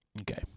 Okay